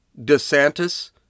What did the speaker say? DeSantis